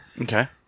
Okay